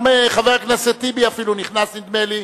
גם חבר הכנסת טיבי אפילו נכנס, נדמה לי.